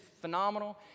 phenomenal